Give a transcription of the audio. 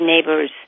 neighbors